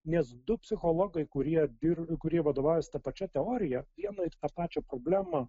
nes du psichologai kurie dir kurie vadovaujasi ta pačia teorija vieną ir tą pačią problemą